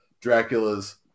Dracula's